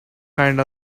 kind